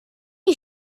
you